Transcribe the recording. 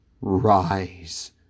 Rise